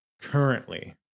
currently